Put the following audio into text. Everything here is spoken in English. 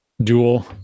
dual